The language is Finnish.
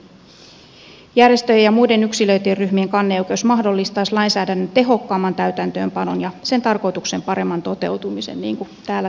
järjestöjen ja muiden yksilöityjen ryhmien kanneoikeus mahdollistaisi lainsäädännön tehokkaamman täytäntöönpanon ja sen tarkoituksen paremman toteutumisen niin kuin täällä todetaan